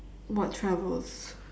what travels